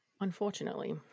Unfortunately